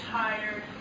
tired